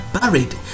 buried